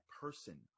person